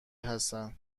هستن